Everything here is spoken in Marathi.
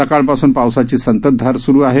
सकाळपासून पावसाची संततधार सुरू आहे